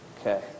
Okay